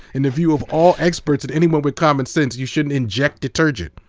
in the view of all experts and anyone with common sense. you shouldn't inject detergent.